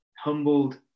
humbled